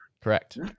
correct